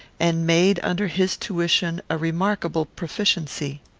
and made under his tuition a remarkable proficiency.